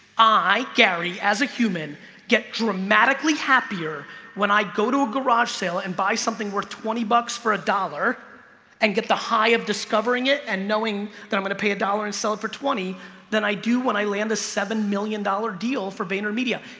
i, gary as a human get dramatically happier when i go to a garage sale and buy something worth twenty bucks for a dollar and get the high of discovering it and knowing that i'm gonna pay a dollar and sell it for twenty then i do when i land a seven million dollar deal for vaynermedia.